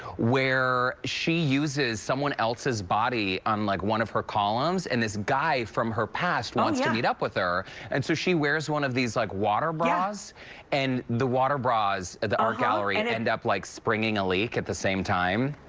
where she uses someone else's body on like one of her columns and this guy from her past wants to meet up with her and so she wears one of these like water bras and the water bras at the art gallery and end up like springing a leak at the same time.